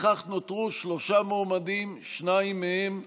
לפיכך נותרו שלושה מועמדים, שניים מהם מוסלמים.